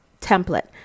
template